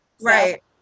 right